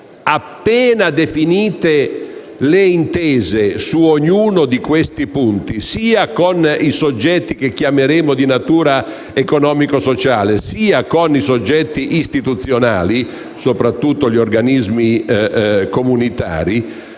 appena definite le intese su ognuno di questi punti, sia con i soggetti che chiameremo di natura economico-sociale sia con i soggetti istituzionali (soprattutto gli organismi comunitari),